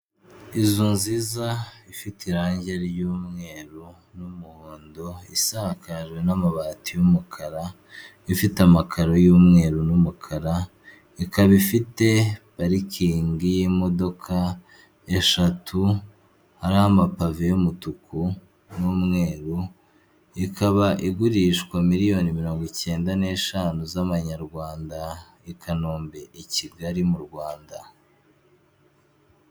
Inzu nziza ifite irangi ry'umweru n'umuhondo isakajwe n'amabati y'umukara ifite amakaro y'umweru n'umukara, ikaba ifite parikingi y'imodoka eshatu, hari ama pave y'umutuku n'umweru ikaba igurishwa miliyoni mirongo icyenda n'eshanu z'amanyarwanda i Kanombe i Kigali mu rwanda.